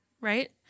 right